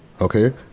Okay